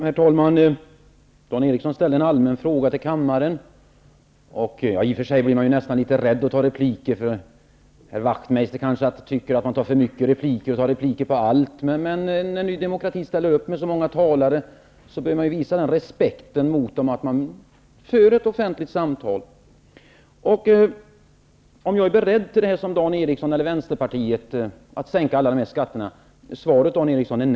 Herr talman! Dan Eriksson i Stockholm ställde en allmän fråga till kammaren. I och för sig blir man nästan litet rädd för att gå upp i repliker, därför att herr Jan Wachmeister kanske tycker att man replikerar litet för mycket -- tar repliker på allt. När nu Ny demokrati ställer upp med så många talare, bör man visa dem den respekten att man för ett offentligt samtal. Svaret på frågan om jag är beredd till att sänka alla dessa skatter är nej.